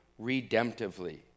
redemptively